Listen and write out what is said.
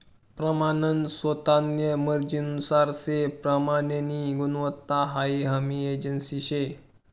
प्रमानन स्वतान्या मर्जीनुसार से प्रमाननी गुणवत्ता हाई हमी एजन्सी शे